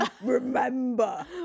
remember